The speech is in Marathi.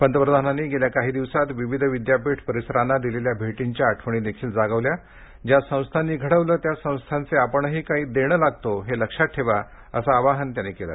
पंतप्रधानांनी गेल्या काही दिवसात विविध विद्यापीठ परिसरांना दिलेल्या भेटींच्या आठवणीही जागवल्या ज्या संस्थांनी घडवलं त्या संस्थांचे आपणही काही देणं लागतो हे लक्षात ठेवा असं आवाहन मोदी यांनी केलं